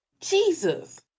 Jesus